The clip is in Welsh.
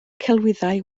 celwyddau